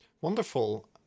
Wonderful